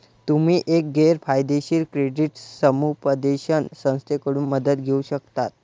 तुम्ही एक गैर फायदेशीर क्रेडिट समुपदेशन संस्थेकडून मदत घेऊ शकता